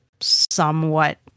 somewhat